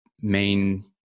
main